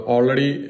Already